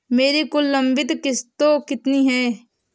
मेरी कुल लंबित किश्तों कितनी हैं?